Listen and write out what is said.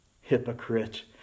Hypocrite